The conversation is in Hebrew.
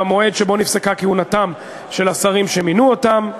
במועד שבו נפסקה כהונתם של השרים שמינו אותם: